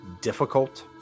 difficult